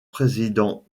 président